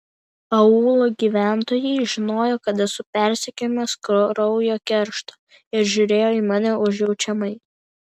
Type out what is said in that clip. aūlo gyventojai žinojo kad esu persekiojamas kraujo keršto ir žiūrėjo į mane užjaučiamai